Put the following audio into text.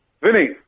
Vinny